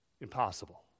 Impossible